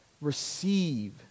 receive